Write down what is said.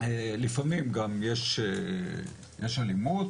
לפעמים גם יש אלימות,